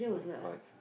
five